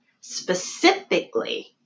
specifically